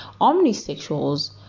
omnisexuals